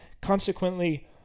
consequently